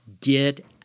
get